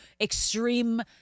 extreme